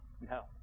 No